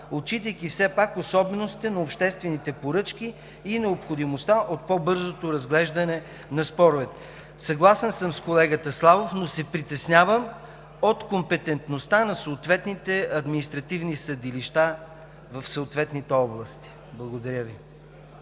отчитайки все пак особеностите на обществените поръчки и необходимостта от по-бързото разглеждане на споровете. Съгласен съм с колегата Славов, но се притеснявам от компетентността на съответните административни съдилища в съответните области. Благодаря Ви.